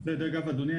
אדוני,